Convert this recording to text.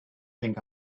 think